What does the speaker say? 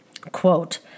Quote